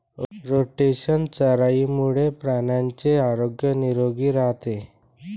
rotational चराईमुळे प्राण्यांचे आरोग्य निरोगी राहते